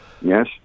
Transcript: Yes